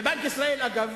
בבנק ישראל, אגב,